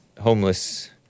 homeless